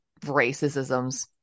racisms